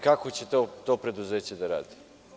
Kako će to preduzeća da radi?